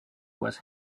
was